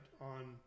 on